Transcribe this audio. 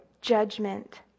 judgment